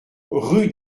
rue